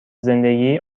زندگی